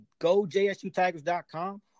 GoJSUTigers.com